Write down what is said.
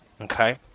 Okay